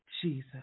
Jesus